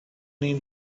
need